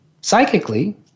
psychically